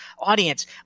audience